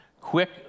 quick